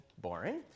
boring